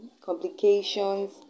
complications